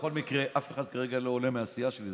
בכל מקרה, אף אחד כרגע לא עולה מהסיעה שלי.